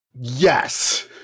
Yes